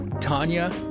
Tanya